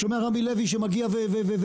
אני שומע רמי לוי שמגיע ובורח.